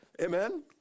Amen